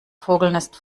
vogelnest